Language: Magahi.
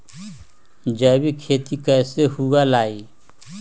जैविक खेती कैसे हुआ लाई?